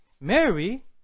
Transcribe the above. Mary